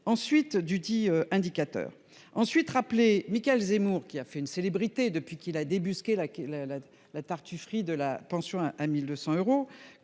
ensuite du 10 indicateurs ensuite rappelé Michaël Zemmour qui a fait une célébrité depuis qu'il a débusqué la la la la tartufferie de la pension à 1200 euros